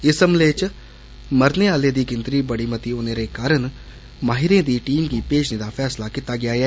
इस हमले च मरने आलें दी गिनतरी बड़ी मती होने कारण माहिरें दी टीम गी भेजने दा फैसला कीता गेआ ऐ